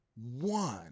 one